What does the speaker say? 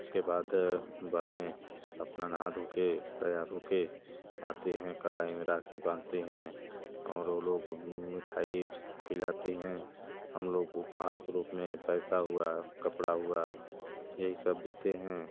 उसके बाद बहनें अपना नहा धो के तैयार हो के आते हैं कलाई में राखी बाँधती हैं और वो लोग मिठाई खिलाती हैं हम लोग उपहार के रूप में पैसा हुआ कपड़ा हुआ यही सब देते हैं